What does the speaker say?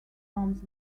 arms